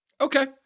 Okay